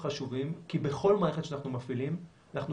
יש כמה חברות שאני מכיר רק מהתקופה האחרונה שהועמדו